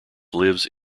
lives